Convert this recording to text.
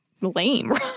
lame